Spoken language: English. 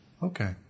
Okay